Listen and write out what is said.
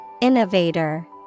Innovator